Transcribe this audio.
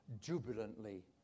jubilantly